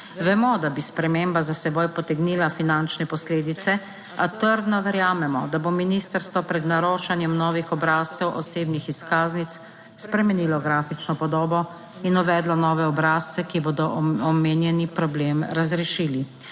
Vemo, da bi sprememba za seboj potegnila finančne posledice, a trdno verjamemo, da bo ministrstvo pred naročanjem novih obrazcev osebnih izkaznic spremenilo grafično podobo in uvedlo nove obrazce, ki bodo omenjeni problem razrešili